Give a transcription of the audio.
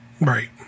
Right